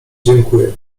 dziękuję